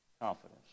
confidence